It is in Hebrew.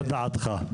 לא דעתך,